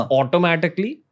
automatically